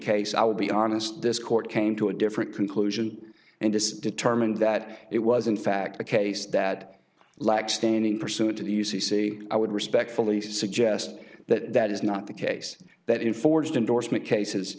case i would be honest this court came to a different conclusion and is determined that it was in fact the case that lack standing pursuant to the u c c i would respectfully suggest that that is not the case that in forged endorsement cases